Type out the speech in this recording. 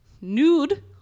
nude